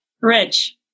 Rich